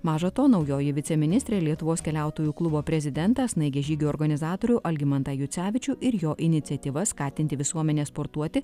maža to naujoji viceministrė lietuvos keliautojų klubo prezidentą snaigės žygių organizatorių algimantą jucevičių ir jo iniciatyvą skatinti visuomenę sportuoti